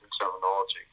terminology